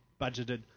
budgeted